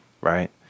right